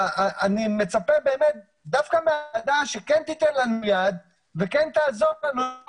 אני מצפה דווקא מהוועדה שכן תיתן לנו יד וכן תעזור לנו מול